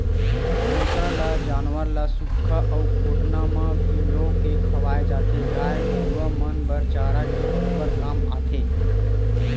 भूसा ल जानवर ल सुख्खा अउ कोटना म फिंजो के खवाय जाथे, गाय गरुवा मन बर चारा के बरोबर काम आथे